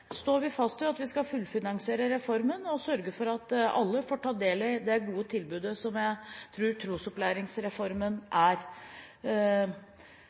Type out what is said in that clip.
står fast ved at vi skal fullfinansiere reformen og sørge for at alle får ta del i det gode tilbudet som jeg tror trosopplæringsreformen er.